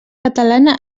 catalana